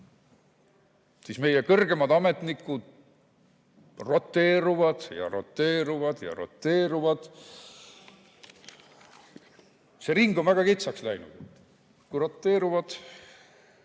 siis meie kõrgemad ametnikud roteeruvad ja roteeruvad ja roteeruvad. See ring on väga kitsaks läinud, kui roteerutakse